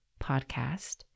podcast